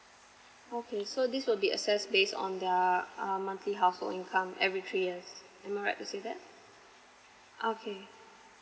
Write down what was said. okay so this will be assessed based on their um monthly household income every three years am I right to say that okay